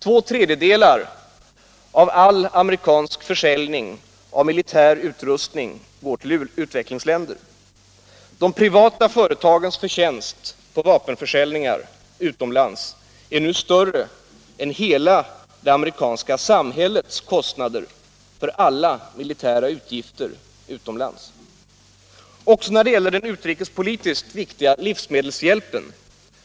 Två tredjedelar av all amerikansk försäljning av militär utrustning går till utvecklingsländer. De privata företagens förtjänst på vapenförsäljningar utomlands är nu större än hela det amerikanska samhällets kostnader för alla militära utgifter utomlands. Också när det gäller den utrikespolitiskt viktiga livsmedelshjälpen